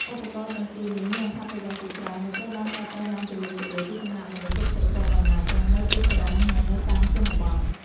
ឧបករណ៍ទាំងពីរនេះមានអត្ថប្រយោជន៍ជាច្រើនដែលត្រូវបានប្រើប្រាស់យ៉ាងទូលំទូលាយពីសំណាក់មនុស្សគ្រប់ស្រទាប់វណ្ណៈ ទាំងនៅទីក្រុងនិងនៅតាមជនបទ។